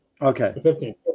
Okay